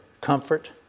comfort